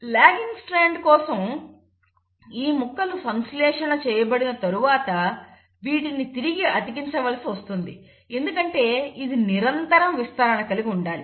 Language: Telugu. లాగింగ్ స్ట్రాండ్ కోసం ఈ ముక్కలు సంశ్లేషణ చేయబడిన తరువాత వీటిని తిరిగి అతికించ వలసి వస్తుంది ఎందుకంటే ఇది నిరంతర విస్తరణ కలిగి ఉండాలి